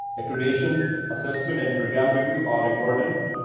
accredidation, assessment and program review are important,